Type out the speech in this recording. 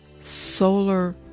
solar